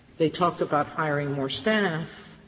they talked about hiring more staff,